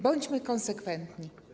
Bądźmy konsekwentni.